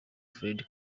fred